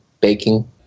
baking